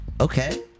Okay